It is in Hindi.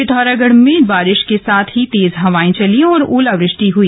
पिथौरागढ़ में बारिश के साथ ही तेज हवाएं चली और ओलावृष्टि हई